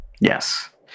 Yes